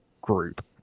group